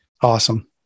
awesome